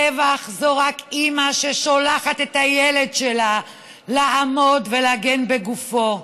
טבח זו רק אימא ששולחת את הילד שלה לעמוד ולהגן בגופו,